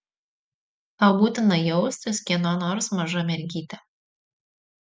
tau būtina jaustis kieno nors maža mergyte